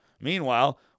Meanwhile